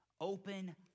Open